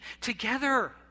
together